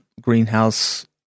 greenhouse